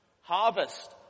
Harvest